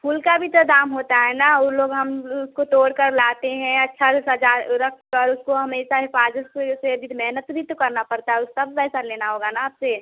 फूल का भी तो दाम होता है ना वे लोग हम लोग उसको तोड़कर लाते है अच्छा से सजा रख कर उसको हमेशा हिफ़ाज़त से इतनी मेहनत भी तो करना पड़ता है वह सब पैसा लेना होगा ना आपसे